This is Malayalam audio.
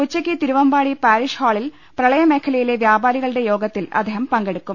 ഉച്ചയ്ക്ക് തിരുവമ്പാടി പാരിഷ് ഹാളിൽ പ്രളയമേഖലയിലെ വ്യാപാരികളുടെ യോഗ ത്തിൽ അദ്ദേഹം പങ്കെടുക്കും